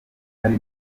hari